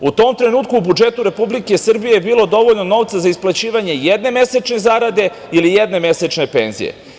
U tom trenutku u budžetu Republike Srbije bilo je dovoljno novca za isplaćivanje jedne mesečne zarade ili jedne mesečne penzije.